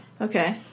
Okay